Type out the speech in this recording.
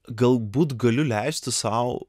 galbūt galiu leisti sau